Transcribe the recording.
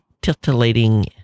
titillating